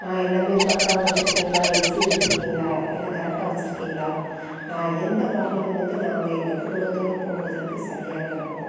எல்லாம் பக்காவாக வச்சுருக்கிங்களா எஃப்சி எடுத்திருக்கிங்களா எல்லாம் கரெக்டாக வச்சுருக்கிங்களா எந்த வாகனம் வந்து நாங்கள் எங்கள் குடும்பத்தோடு போவதற்கு சரியாக இருக்கும்